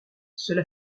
cela